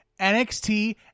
NXT